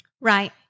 Right